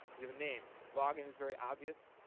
you have a name. log in is very obvious.